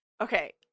Okay